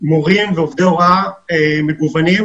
מורים ועובדי הוראה מגוונים.